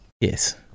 Yes